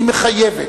היא מחייבת,